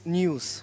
news